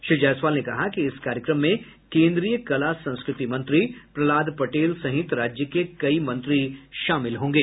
श्री जायसवाल ने कहा कि इस कार्यक्रम में केन्द्रीय कला संस्कृति मंत्री प्रहलाद पटेल सहित राज्य के कई मंत्री शामिल होंगे